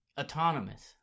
autonomous